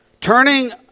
turning